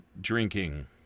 drinking